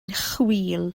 chwil